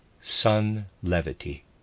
sun-levity